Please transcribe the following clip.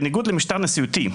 בניגוד למשטר נשיאותי,